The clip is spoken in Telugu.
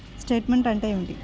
స్టేట్మెంట్ అంటే ఏమిటి?